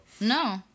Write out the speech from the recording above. No